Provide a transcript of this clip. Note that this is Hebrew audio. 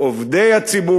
"עובדי הציבור",